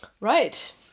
right